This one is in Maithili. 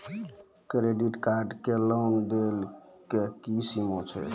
क्रेडिट कार्ड के लेन देन के की सीमा छै?